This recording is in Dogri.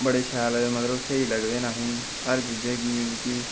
बड़े शैल ते सेही लगदे न असेंगी हर चीजे गी